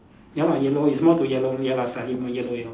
ya lah yellow is more to yellow ya lah slightly more yellow yellow